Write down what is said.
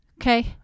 Okay